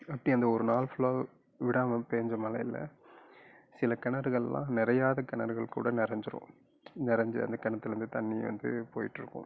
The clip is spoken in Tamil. அப்படி அந்த ஒரு நாள் ஃபுல்லாக விடாமல் பெஞ்ச மழையில சில கிணறுகள்லாம் நிறையாத கிணறுகள் கூட நிறைஞ்சிரும் நிறைஞ்சி அந்த கிணத்துலந்து தண்ணி வந்து போய்கிட்ருக்கும்